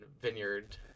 vineyard